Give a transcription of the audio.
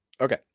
Okay